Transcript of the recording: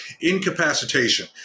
Incapacitation